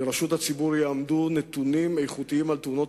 לרשות הציבור יעמדו נתונים איכותיים על תאונות